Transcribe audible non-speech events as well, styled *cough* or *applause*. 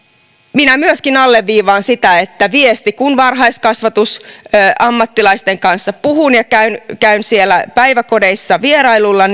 minä myöskin alleviivaan sitä viestiä että kun varhaiskasvatusammattilaisten kanssa puhun ja käyn käyn siellä päiväkodeissa vierailulla *unintelligible*